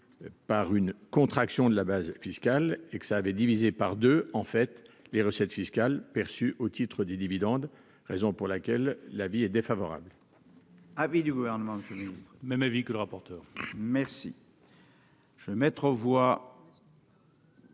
par une contraction de la base fiscale et que ça avait divisé par 2, en fait, les recettes fiscales perçues au titre des dividendes, raison pour laquelle l'avis est défavorable. Avis du gouvernement fédéral, même avis que le rapporteur merci. Je vais mettre aux voix.